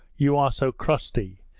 you are so crusty,